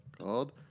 called